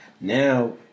Now